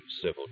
civil